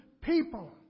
people